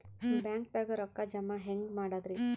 ಬ್ಯಾಂಕ್ದಾಗ ರೊಕ್ಕ ಜಮ ಹೆಂಗ್ ಮಾಡದ್ರಿ?